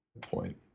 point